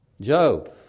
Job